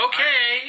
Okay